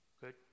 Good